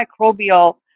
microbial